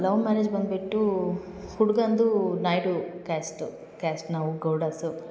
love marriage ಬಂದುಬಿಟ್ಟು ಹುಡುಗಂದು Naidu caste caste ನಾವು ಗೌಡಾಸು